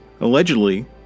Allegedly